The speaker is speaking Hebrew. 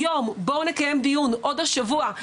היום, בואו נקיים דיון עוד השבוע.